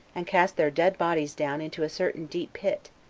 and cast their dead bodies down into a certain deep pit,